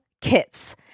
kits